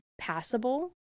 passable